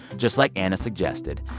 just like anna suggested.